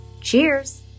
Cheers